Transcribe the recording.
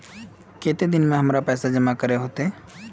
केते दिन में हमरा के पैसा जमा करे होते?